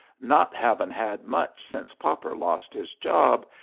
not havin had much since popper lost his jobb,